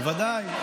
בוודאי.